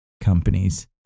companies